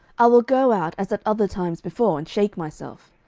i will go out as at other times before, and shake myself.